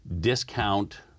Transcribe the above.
discount